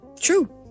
True